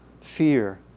fear